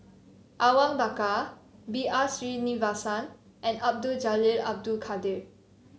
Awang Bakar B R Sreenivasan and Abdul Jalil Abdul Kadir